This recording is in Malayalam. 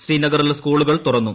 ശ്രീനഗറിൽ സ്കൂളുകൾ തുറന്നു